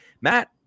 Matt